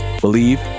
Believe